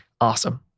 Awesome